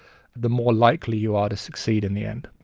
the more likely you are to succeed in the end.